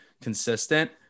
consistent